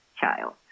child